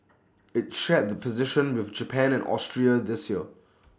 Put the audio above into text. IT shared the position with Japan and Austria this year